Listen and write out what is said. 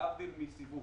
להבדיל מסיווג.